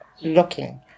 looking